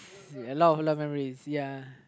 a lot a lot of memories ya